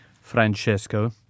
Francesco